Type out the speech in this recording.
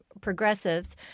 progressives